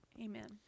amen